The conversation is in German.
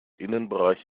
innenbereich